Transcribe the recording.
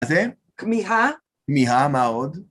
מה זה? כמיהה? כמיהה, מה עוד?